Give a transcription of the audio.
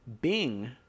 Bing